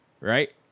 Right